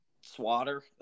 swatter